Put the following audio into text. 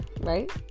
Right